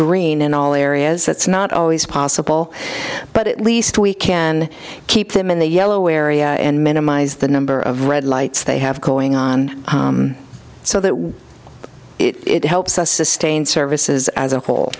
green in all areas that's not always possible but at least we can keep them in the yellow area and minimize the number of red lights they have going on so that it helps us sustain services as a whole